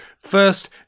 First